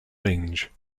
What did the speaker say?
range